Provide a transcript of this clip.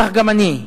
כך גם אני,